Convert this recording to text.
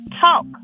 Talk